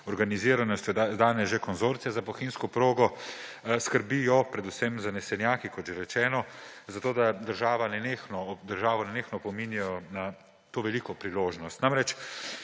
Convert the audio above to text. organiziranostjo danes že Konzorcija za bohinjsko progo skrbijo predvsem zanesenjaki, kot že rečeno, za to, da državo nenehno opominjajo na to veliko priložnost.